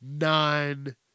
nine